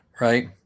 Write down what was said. Right